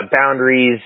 boundaries